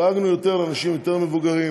דאגנו יותר לאנשים יותר מבוגרים,